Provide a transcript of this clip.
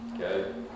okay